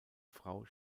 frau